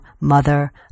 mother